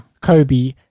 Kobe